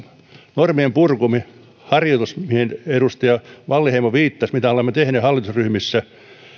normienpurkuharjoitus mihin edustaja wallinheimo viittasi mitä olemme hallitusryhmissä tehneet